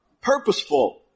purposeful